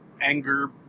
anger